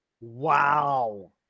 wow